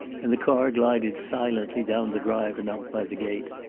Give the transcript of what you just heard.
and the car glided silently down the drive and out by the gate.